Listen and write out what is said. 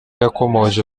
yakomoje